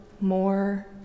more